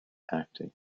acting